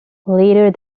later